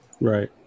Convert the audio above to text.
right